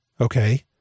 Okay